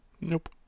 Nope